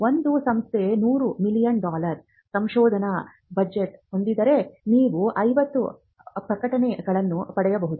ಒಂದು ಸಂಸ್ಥೆ 100 million dollar ಸಂಶೋಧನಾ ಬಜೆಟ್ ಹೊಂದಿದ್ದರೆ ನೀವು 50 ಪ್ರಕಟಣೆಗಳನ್ನು ಪಡೆಯಬಹುದು